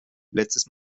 letztes